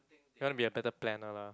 you want to be a better planner lah